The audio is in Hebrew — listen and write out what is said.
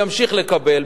ימשיך לקבל,